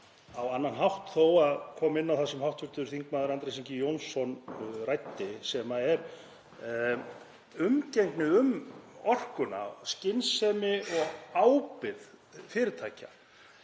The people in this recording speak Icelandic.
á annan hátt þó, að koma inn á það sem hv. þm. Andrés Ingi Jónsson ræddi, sem er umgengni um orkuna, skynsemi og ábyrgð fyrirtækja.